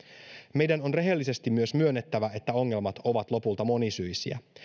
meidän on rehellisesti myös myönnettävä että ongelmat ovat lopulta monisyisiä